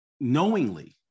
knowingly